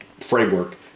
framework